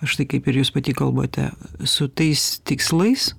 štai kaip ir jus pati kalbate su tais tikslais